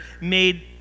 made